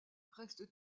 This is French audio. restent